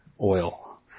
oil